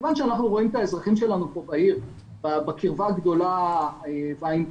מכיוון שאנחנו רואים את האזרחים שלנו בעיר בקרבה הגדולה והאינטימית,